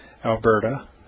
Alberta